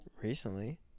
recently